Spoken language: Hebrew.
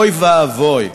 אוי ואבוי,